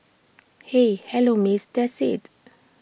hey hello miss that's IT